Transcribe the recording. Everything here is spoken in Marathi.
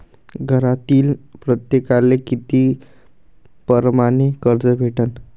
घरातील प्रत्येकाले किती परमाने कर्ज भेटन?